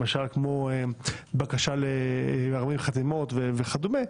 למשל כמו בקשה ל-40 חתימות וכדומה,